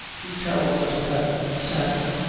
who tells us that saturn,